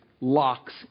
locks